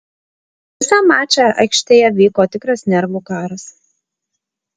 visą mačą aikštėje vyko tikras nervų karas